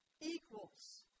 equals